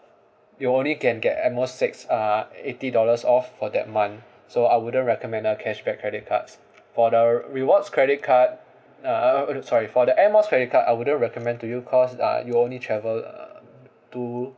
you only can get at most six uh eighty dollars off for that month so I wouldn't recommend cashback credit cards for the rewards credit card uh uh sorry for the Air Miles credit card I wouldn't recommend to you because uh you only travel uh two